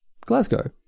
glasgow